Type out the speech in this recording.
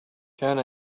كان